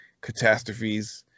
catastrophes